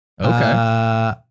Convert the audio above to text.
Okay